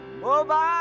Mobile